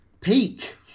peak